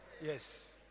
Yes